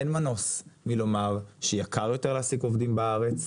אין מנוס מלומר שיקר יותר להעסיק עובדים בארץ,